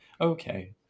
okay